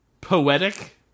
poetic